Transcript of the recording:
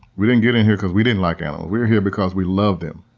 we didn't get in here because we didn't like animals, we're here because we love them.